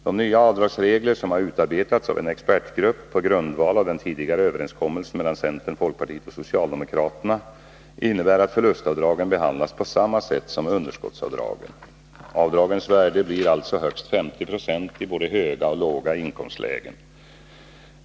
De nya avdragsreglerna, som har utarbetats av en expertgrupp på grundval av den tidigare överenskommelsen mellan centern, folkpartiet och socialdemokraterna, innebär att förlustavdragen behandlas på samma sätt som underskottsavdragen. Avdragens värde blir alltså högst 50 96 i både höga och låga inkomstlägen.